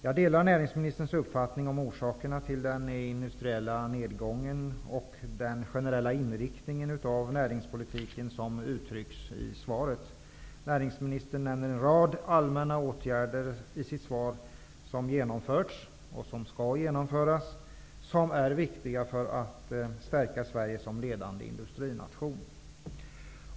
Jag delar näringsministerns uppfattning om orsakerna till den industriella nedgången och den generella inriktningen av näringspolitiken som uttrycks i svaret. Näringsministern nämner i sitt svar en rad allmänna åtgärder som genomförts och skall genomföras och som är viktiga för att stärka Sverige som ledande industrination.